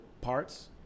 parts